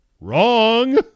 wrong